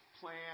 plan